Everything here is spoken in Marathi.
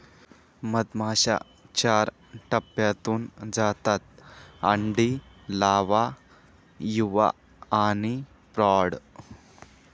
मधमाश्या चार टप्प्यांतून जातात अंडी, लावा, युवा आणि प्रौढ